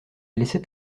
laissait